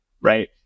right